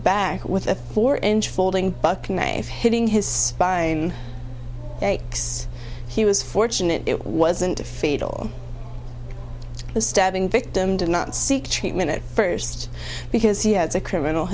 back with a four inch folding buck knife hitting his spine he was fortunate it wasn't a fatal stabbing victim did not seek treatment at first because he has a criminal